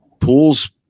Pools